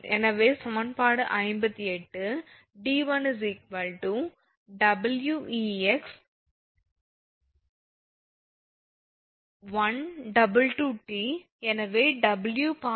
எனவே சமன்பாடு 58 𝑑1 𝑊𝑒𝑥122𝑇 எனவே 𝑊 − 𝑒 2